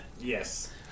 Yes